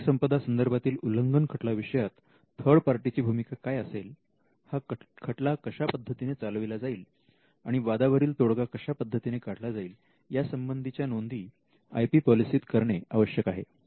बौद्धिक संपदा संदर्भातील उल्लंघन खटला विषयात थर्ड पार्टीची भूमिका काय असेल हा खटला कशा पद्धतीने चालविला जाईल आणि वादावरील तोडगा कशा पद्धतीने काढला जाईल यासंबंधी च्या नोंदी आय पी पॉलिसीत करणे आवश्यक आहे